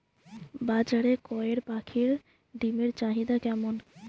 বাজারে কয়ের পাখীর ডিমের চাহিদা কেমন?